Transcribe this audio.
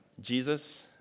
Jesus